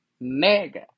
mega